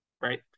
right